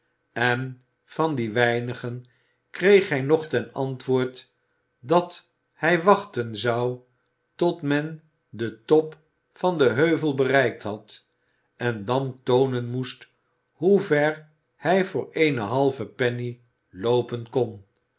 en van die weinigen kreeg hij nog ten antwoord dat hij wachten zou tot men den top van den heuvel bereikt had en dan toonen moest hoever hij voor eene halve penny loopen kon